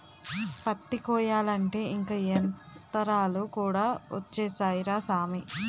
పత్తి కొయ్యాలంటే ఇంక యంతరాలు కూడా ఒచ్చేసాయ్ రా సామీ